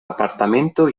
apartamento